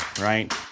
right